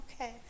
Okay